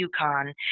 UConn